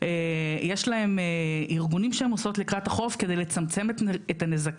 יש להן ארגונים שהן עושות לקראת החורף כדי לצמצם את הנזקים.